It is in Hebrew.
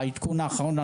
העדכון האחרון,